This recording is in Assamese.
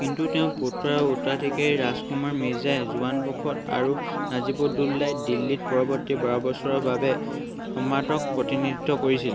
কিন্তু তেওঁৰ পুত্ৰ আৰু উত্তৰাধিকাৰী ৰাজকুমাৰ মিৰ্জা জোৱান বখত আৰু নাজিব উল দৌলাই দিল্লীত পৰৱৰ্তী বাৰ বছৰৰ বাবে সম্ৰাটক প্ৰতিনিধিত্ব কৰিছিল